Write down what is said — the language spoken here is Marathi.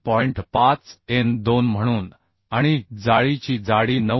5 n2 म्हणून आणि जाळीची जाडी 9